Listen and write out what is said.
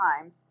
times